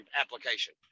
application